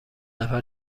نفر